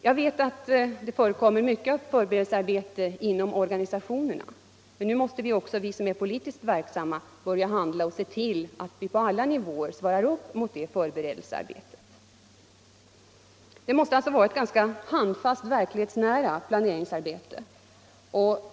Jag vet att det förekommer mycket förberedelsearbete inom organisationerna, men nu måste också vi som är politiskt verksamma se till att vi på alla nivåer svarar upp mot det förberedelsearbetet. Det måste alltså vara ett handfast, verklighetsnära planeringsarbete.